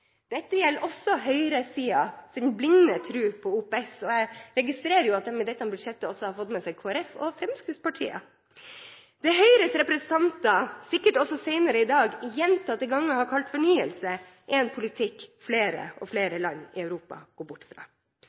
Dette gjelder også høyresidens blinde tro på OPS, og jeg registrerer at de i dette budsjettet også har fått med seg Kristelig Folkeparti og Fremskrittspartiet. Det Høyres representanter – sikkert også senere i dag – gjentatte ganger har kalt fornyelse, er en politikk flere og flere land i Europa går bort fra.